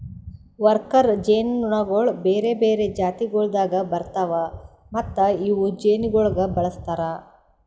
worker ಜೇನುನೊಣಗೊಳ್ ಬೇರೆ ಬೇರೆ ಜಾತಿಗೊಳ್ದಾಗ್ ಬರ್ತಾವ್ ಮತ್ತ ಇವು ಜೇನುಗೊಳಿಗ್ ಬಳಸ್ತಾರ್